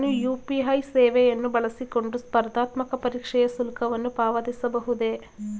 ನಾನು ಯು.ಪಿ.ಐ ಸೇವೆಯನ್ನು ಬಳಸಿಕೊಂಡು ಸ್ಪರ್ಧಾತ್ಮಕ ಪರೀಕ್ಷೆಯ ಶುಲ್ಕವನ್ನು ಪಾವತಿಸಬಹುದೇ?